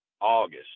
August